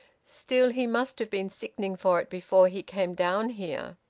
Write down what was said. still, he must have been sickening for it before he came down here.